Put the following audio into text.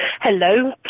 Hello